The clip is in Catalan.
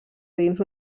dins